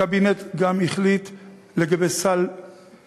הקבינט גם החליט לגבי הפריפריה,